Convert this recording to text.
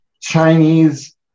Chinese